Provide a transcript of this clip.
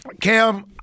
Cam